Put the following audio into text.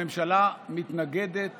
הממשלה מתנגדת